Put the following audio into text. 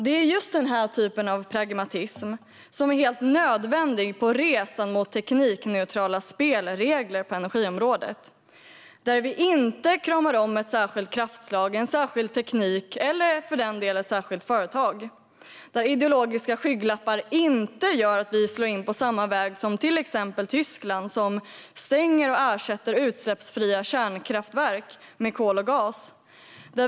Det är just den typen av pragmatism som är helt nödvändig på resan mot teknikneutrala spelregler på energiområdet. Vi kramar inte om ett särskilt kraftslag, en särskild teknik eller för den delen ett särskilt företag, där ideologiska skygglappar inte gör att vi slår in på samma väg som till exempel Tyskland, som stänger och ersätter utsläppsfria kärnkraftverk med kol och gas.